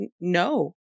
no